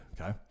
Okay